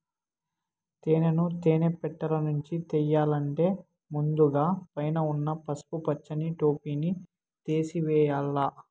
తేనెను తేనె పెట్టలనుంచి తియ్యల్లంటే ముందుగ పైన ఉన్న పసుపు పచ్చని టోపిని తేసివేయల్ల